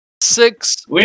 Six